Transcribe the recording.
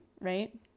right